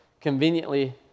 conveniently